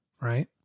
right